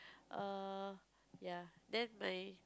err ya then my